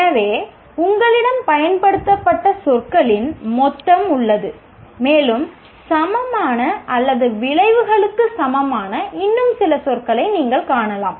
எனவே உங்களிடம் பயன்படுத்தப்பட்ட சொற்களின் மொத்தம் உள்ளது மேலும் சமமான அல்லது விளைவுகளுக்கு சமமான இன்னும் சில சொற்களை நீங்கள் காணலாம்